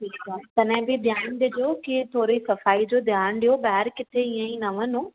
तडहिं बि ध्यानु ॾिजो कीअं थोरी सफ़ाई जो ध्यानु ॾियो ॿाहिरि किथे बि ईअं ई न वञो